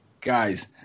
Guys